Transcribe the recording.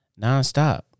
nonstop